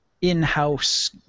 in-house